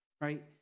Right